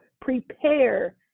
prepare